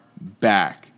back